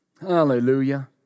Hallelujah